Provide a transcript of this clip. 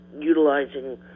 utilizing